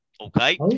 okay